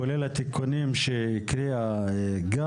כולל התיקונים שגל הקריאה.